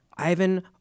Ivan